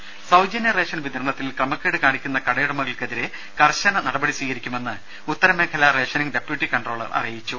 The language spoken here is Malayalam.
രുമ സൌജന്യ റേഷൻ വിതരണത്തിൽ ക്രമക്കേട് കാണിക്കുന്ന കടയുടമകൾക്കെതിരെ കർശന നടപടി സ്വീകരിക്കുമെന്ന് ഉത്തരമേഖല റേഷനിംഗ് ഡെപ്യൂട്ടി കൺട്രോളർ അറിയിച്ചു